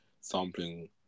sampling